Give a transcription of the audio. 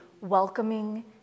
welcoming